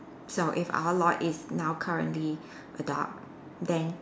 so if our lord is now currently a dog then